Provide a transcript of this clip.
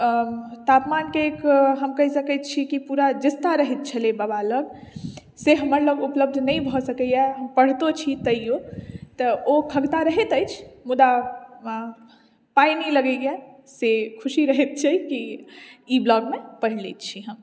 तापमान के एक हम कहि सकै छी की पूरा जिस्ता रहैत छलय बाबा लग से हमर लग उपलब्ध नहि भऽ सकैया पढ़ितो छी तयो तऽ ओ खगता रहैत अछि मुदा पाय नहि लगैया से खुशी रहैत छै इ ब्लॉग मे पढ़ि लै छी हम